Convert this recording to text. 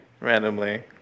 randomly